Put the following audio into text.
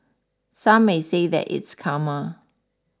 Some may say that it's karma